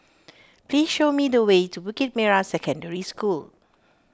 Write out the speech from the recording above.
please show me the way to Bukit Merah Secondary School